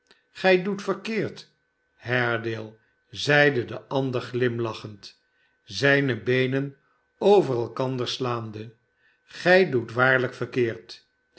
gij doet verkeerd haredale zeide de ander glimlachend zijne beenen over elkander slaande gij doet waarlijk verkeerd